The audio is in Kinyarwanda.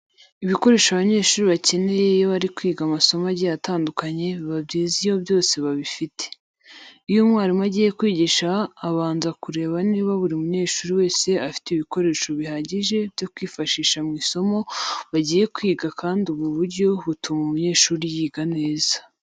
Ibikoresho abanyeshuri bakenera iyo bari kwiga amasomo agiye atandukanye biba byiza iyo byose babifite. Iyo umwarimu agiye kwigisha abanza kureba niba buri munyeshuri wese afite ibikoresho bihagije byo kwifashisha mu isomo bagiye kwiga kandi ubu buryo butuma umunyeshuri yiga neza.